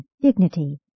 dignity